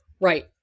Right